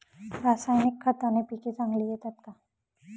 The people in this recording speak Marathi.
रासायनिक खताने पिके चांगली येतात का?